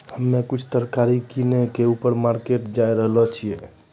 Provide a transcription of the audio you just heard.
हम्मे कुछु तरकारी किनै ल ऊपर मार्केट जाय रहलो छियै